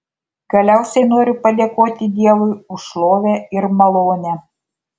galiausiai noriu padėkoti dievui už šlovę ir malonę